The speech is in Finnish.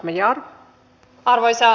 arvoisa puhemies